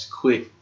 quick